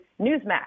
Newsmax